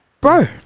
Bro